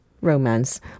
Romance